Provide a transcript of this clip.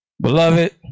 beloved